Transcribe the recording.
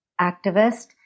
activist